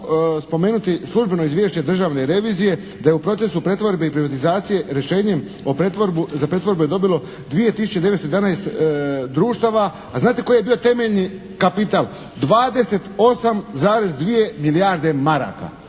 spomenuti službeno izvješće Državne revizije da je u procesu pretvorbe i privatizacije rješenjem za pretvorbu je dobilo 2911 društava, a znate koji je bio temeljni kapital 28,2 milijarde maraka.